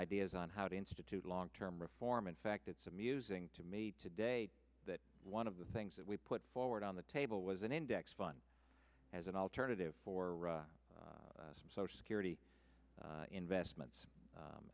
ideas on how to institute long term reform in fact it's amusing to me today one of the things that we put forward on the table was an index fund as an alternative for some social security investments